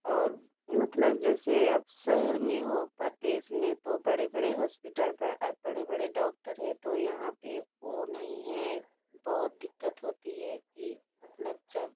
और मतलब जैसे अब शहर में हो प्रद्रेश में तो बड़े बड़े हॉस्पिटल पर बड़े बड़े डॉक्टर है तो यहाँ पे वो नहीं है बहुत दिक्कत होती है कि मतलब जब